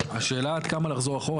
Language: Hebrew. השאלה היא עד כמה לחזור אחורה.